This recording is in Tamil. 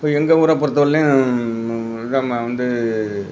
இப்போ எங்கள் ஊரை பொறுத்த வரலேயும் இதை மா வந்து